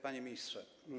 Panie Ministrze!